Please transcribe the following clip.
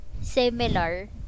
similar